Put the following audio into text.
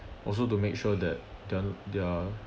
also to make sure that thei~ they're